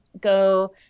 go